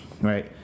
right